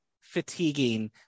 fatiguing